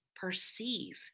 perceive